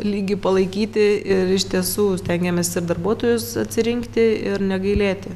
lygį palaikyti ir iš tiesų stengiamės ir darbuotojus atsirinkti ir negailėti